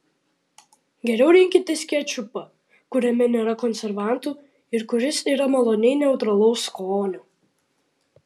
geriau rinkitės kečupą kuriame nėra konservantų ir kuris yra maloniai neutralaus skonio